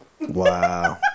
Wow